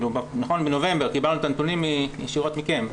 בנובמבר קיבלנו את הנתונים ישירות מכם.